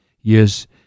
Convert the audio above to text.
Yes